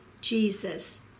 Jesus